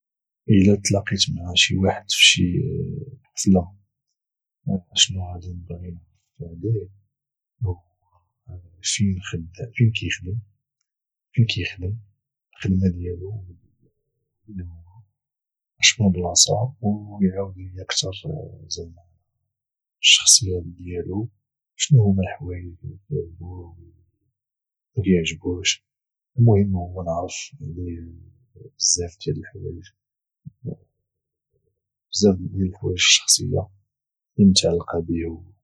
الى تلاقيت مع شي واحد فشي حفلة اشنو غادي نبغي نعرف عليه هو فين كيخدم الخدمة ديالو ومنين هو اشمن بلاصة او يعاودليا كتر زعما على الشخصية ديالو شنو هما الحوايج اللي كيعجبوه واللي مكيعجبوهش المهم هو نعرف عليهم بزاف ديال الحوايج الشخصية اللي متعلقة به هو